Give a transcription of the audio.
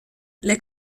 les